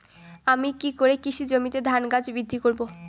আমি কী করে কৃষি জমিতে ধান গাছ বৃদ্ধি করব?